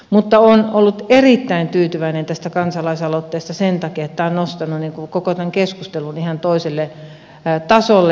mutta olen ollut erittäin tyytyväinen tähän kansalaisaloitteeseen sen takia että tämä on nostanut koko tämän keskustelun ihan toiselle tasolle